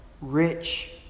rich